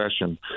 session